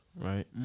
right